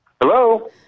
Hello